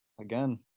again